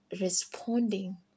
responding